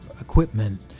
equipment